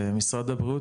משרד הבריאות,